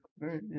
right